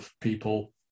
people